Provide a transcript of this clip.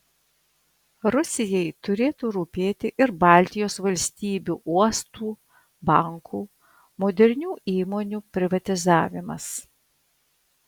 rusijai turėtų rūpėti ir baltijos valstybių uostų bankų modernių įmonių privatizavimas